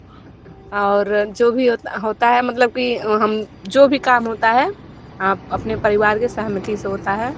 और जो भी होत होता है मतलब कि हम जो भी काम होता है आप अपने परिवार की सहमती से होता है